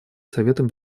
советом